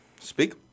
Speak